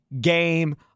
game